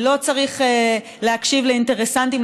לא צריך להקשיב לאינטרסים,